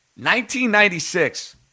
1996